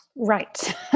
Right